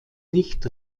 nicht